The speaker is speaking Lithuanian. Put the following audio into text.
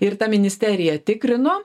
ir ta ministerija tikrino